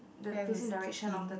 guy who's kicking